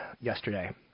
yesterday